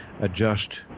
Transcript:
adjust